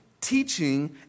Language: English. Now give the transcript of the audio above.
teaching